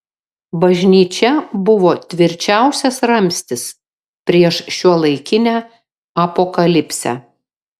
bažnyčia buvo tvirčiausias ramstis prieš šiuolaikinę apokalipsę